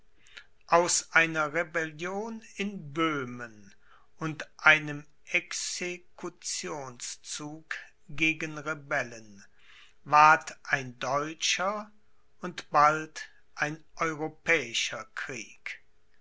aus einer rebellion in böhmen und einem executionszug gegen rebellen ward ein deutscher und bald ein europäischer krieg